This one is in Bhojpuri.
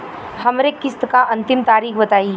हमरे किस्त क अंतिम तारीख बताईं?